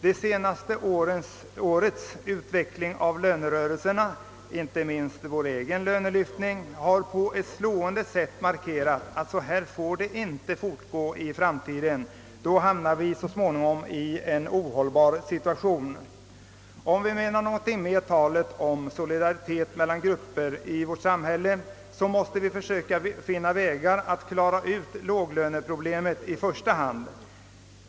Det senaste årets utveckling av lönerörelserna, inte minst vår egen lönelyftning, har på ett slående sätt markerat, att så här får det inte fortgå i framtiden; då hamnar vi så småningom i en ohållbar situation. Om vi menar något med talet om solidaritet mellan olika grupper i vårt samhälle, måste vi försöka finna vägar att klara ut i första hand låglöneproblemet.